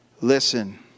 listen